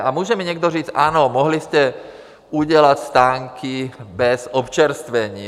A může mi někdo říct: Ano, mohli jste udělat stánky bez občerstvení.